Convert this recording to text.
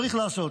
צריך לעשות.